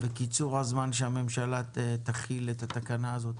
קיצור הזמן שהממשלה תחיל את התקנה הזאת.